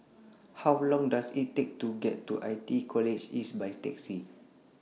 How Long Does IT Take to get to I T E College East By Taxi